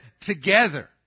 together